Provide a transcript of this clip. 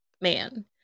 man